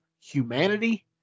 humanity